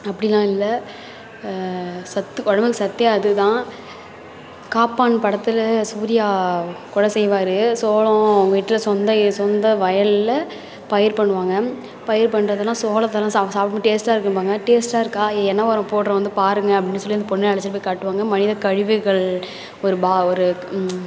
அப்டிலாம் இல்லை சத்து உடம்புக்கு சத்தே அதுதான் காப்பான் படத்தில் சூர்யா கொல்லை செய்வார் சோளம் வீட்டில் சொந்த சொந்த வயலில் பயிர் பண்ணுவாங்க பயிர் பண்ணுறதெல்லாம் சோளத்தெலாம் சாப்பிடுட்டு டேஸ்ட்டாக இருக்கும்பாங்க டேஸ்ட்டாக இருக்கா என்ன உரம் போடுறோம் வந்து பாருங்க அப்படின்னு சொல்லி அந்த பொண்ணை அழைச்சிட்டு போய் காட்டுவாங்க மனித கழிவுகள் ஒரு ப ஒரு